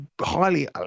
highly